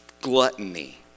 gluttony